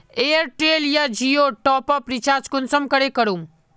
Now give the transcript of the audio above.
Airtel या जियोर top up recharge कुंसम करे करूम?